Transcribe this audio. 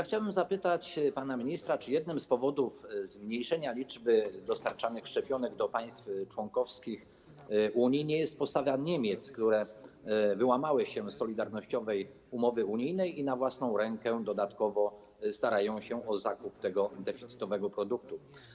Chciałbym zapytać pana ministra, czy jednym z powodów zmniejszenia liczby szczepionek dostarczanych do państw członkowskich Unii nie jest postawa Niemiec, które wyłamały się z solidarnościowej umowy unijnej i na własną rękę dodatkowo starają się o zakup tego deficytowego produktu.